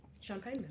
Champagne